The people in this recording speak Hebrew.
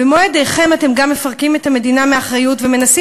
במו-ידיכם אתם גם מפרקים את המדינה מאחריות ומנסים